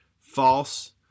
false